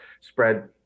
spread